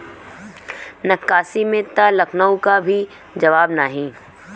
नक्काशी में त लखनऊ क भी जवाब नाही